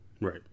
Right